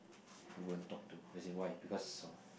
you won't talk to as in why because of